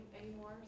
anymore